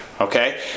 Okay